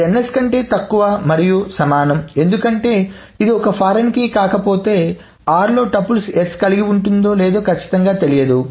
అది ns కంటే తక్కువ మరియు సమానం ఎందుకంటే ఇది ఒక ఫారిన్ కీ కాకపోతే r లో టుపుల్స్ s కలిగి ఉంటుందో లేదో ఖచ్చితంగా తెలియదు